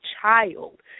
child